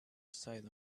aside